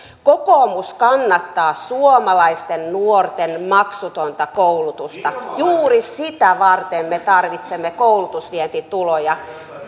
kokoomus kannattaa suomalaisten nuorten maksutonta koulutusta juuri sitä varten me tarvitsemme koulutusvientituloja